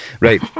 right